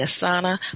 asana